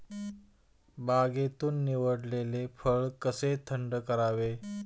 बागेतून निवडलेले फळ कसे थंड करावे?